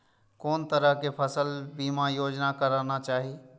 कोन तरह के फसल बीमा योजना कराना चाही?